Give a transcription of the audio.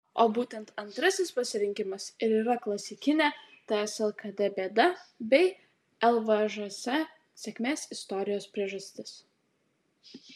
o būtent antrasis pasirinkimas ir yra klasikinė ts lkd bėda bei lvžs sėkmės istorijos priežastis